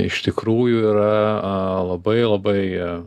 iš tikrųjų yra labai labai